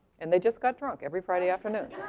and they just got drunk every friday afternoon.